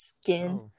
skin